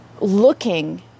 looking